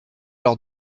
leur